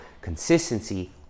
consistency